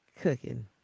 cooking